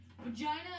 Vagina